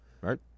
Right